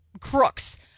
crooks